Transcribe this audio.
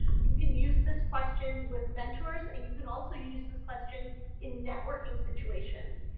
can use this question with mentors and you can also use this question in networking situations.